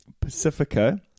Pacifica